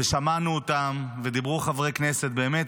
ושמענו אותם, ודיברו חברי כנסת באמת